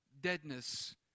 deadness